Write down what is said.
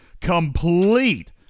Complete